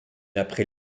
après